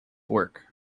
work